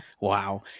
Wow